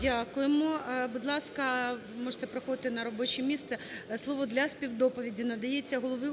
Дякуємо. Будь ласка, можете проходити на робоче місце. Слово для співдоповіді надається голові